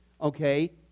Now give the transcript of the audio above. okay